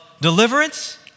deliverance